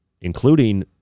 including